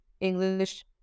English